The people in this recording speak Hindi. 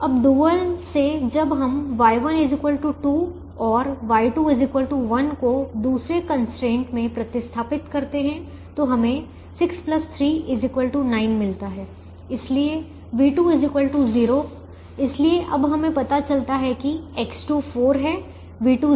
अब डुअल दोहरे से जब हम Y1 2 और Y2 1 को दूसरे कंस्ट्रेंट में प्रतिस्थापित करते हैं तो हमें 6 3 9 मिलता है इसलिए v2 0 इसलिए अब हमें पता चलता है कि X2 4 है v2 0 है